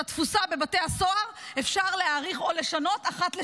התפוסה בבתי הסוהר אפשר להאריך או לשנות אחת לשנה,